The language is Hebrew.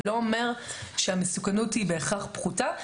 זה לא אומר שהמסוכנות היא בהכרח פחותה.